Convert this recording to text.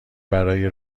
برای